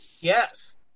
yes